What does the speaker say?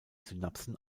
synapsen